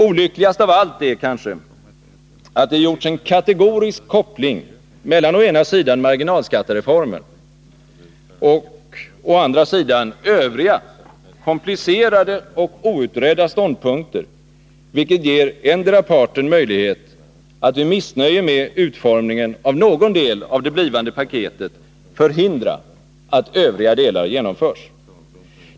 Olyckligast av allt är kanske att det gjorts en kategorisk koppling mellan å ena sidan marginalskattereformen och å andra sidan övriga komplicerade och outredda ståndpunkter, vilket ger endera parten möjlighet att vid missnöje med utformningen av någon del av det blivande paketet förhindra att övriga delar genomförs.